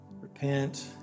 repent